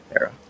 era